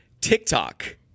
TikTok